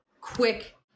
quick